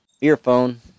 earphone